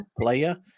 player